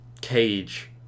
cage